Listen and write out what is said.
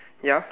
ya